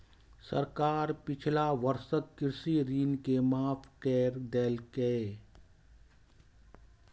सरकार पिछला वर्षक कृषि ऋण के माफ कैर देलकैए